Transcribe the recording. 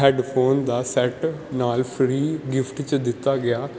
headphone ਦਾ set ਨਾਲ free gift 'ਚ ਦਿੱਤਾ ਗਿਆ